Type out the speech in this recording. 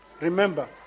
Remember